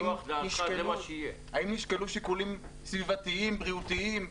האם נשקלו שיקולים סביבתיים ובריאותיים.